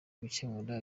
gukemura